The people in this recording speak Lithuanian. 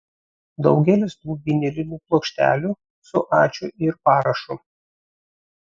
daugelis tų vinilinių plokštelių su ačiū ir parašu